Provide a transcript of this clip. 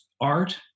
art